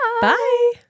Bye